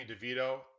devito